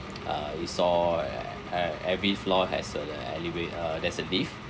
uh we saw uh uh every floor has uh an elevat~ uh there's a lift